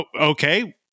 okay